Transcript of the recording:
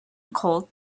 cold